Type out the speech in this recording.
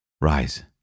Rise